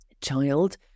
child